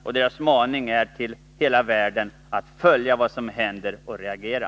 Uppmaningen till hela världen är att följa vad som händer och att reagera.